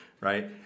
right